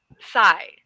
sigh